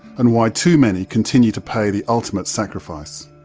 and why too many continue to pay the ultimate sacrifice.